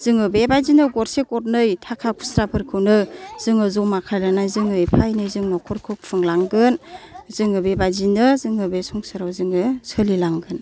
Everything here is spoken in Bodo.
जोङो बेबायदिनो गरसे गरनै थाखा खुस्राफोरखौनो जोङो जमा खालामनानै जों एफा एनै जों नखरखौ खुंलांगोन जोङो बेबायदिनो जोङो बे संसाराव जों सोलिलांगोन